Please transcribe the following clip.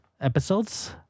episode's